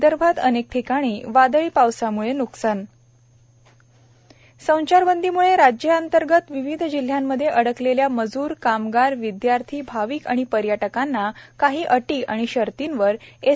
विदर्भात अनेकठिकणी वादळी पावसामुळे नुकसान संचारबंदीम्ळे राज्यातंर्गत विविध जिल्ह्यांमध्ये अडकलेल्या मजूर कामगार विदयार्थी भाविक आणि पर्यटकांना काही अटी शर्तींवर एस